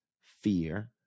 fear